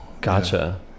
gotcha